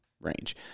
range